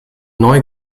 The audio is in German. neu